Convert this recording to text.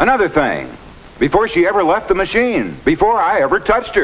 another thing before she ever left the machine before i ever touched